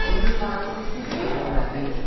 এগুলো লাগাতেও খুব ভালো লাগে